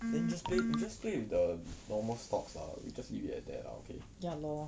ya lor